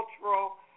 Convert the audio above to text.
cultural